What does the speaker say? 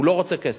הוא לא רוצה כסף.